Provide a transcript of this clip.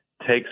takes